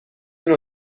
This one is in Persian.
نوع